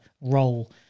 role